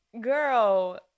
Girl